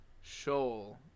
shoal